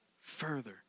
further